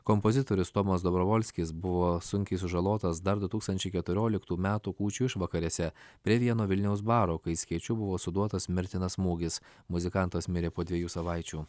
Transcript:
kompozitorius tomas dobrovolskis buvo sunkiai sužalotas dar du tūkstančiai keturioliktų metų kūčių išvakarėse prie vieno vilniaus baro kai skėčiu buvo suduotas mirtinas smūgis muzikantas mirė po dviejų savaičių